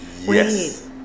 Yes